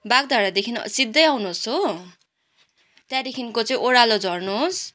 बागधारादेखि सिधै आउनुहोस् हो त्यहाँदेखिको चाहिँ ओह्रालो झर्नुहोस्